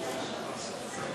לשבת.